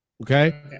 okay